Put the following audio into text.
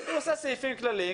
הוא עושה סעיפים כללים,